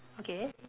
okay